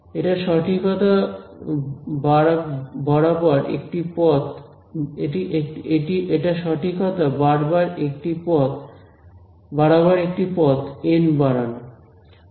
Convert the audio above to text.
এটা সঠিকতা বারাবার একটি পথ এন বাড়ানো